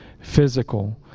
physical